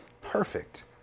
Perfect